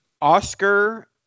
Oscar